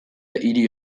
hiri